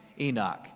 Enoch